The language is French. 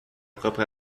propre